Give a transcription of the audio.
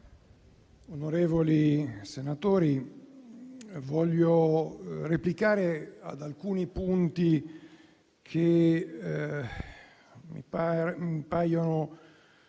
Onorevoli senatori, voglio replicare ad alcuni punti che mi paiono,